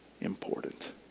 important